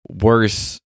worse